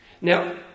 Now